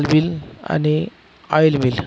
दाल mill आणि oil mill